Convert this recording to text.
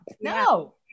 No